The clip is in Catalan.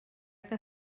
que